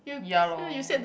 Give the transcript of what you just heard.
ya loh